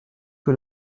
que